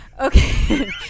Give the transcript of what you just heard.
Okay